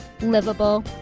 Livable